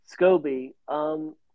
Scoby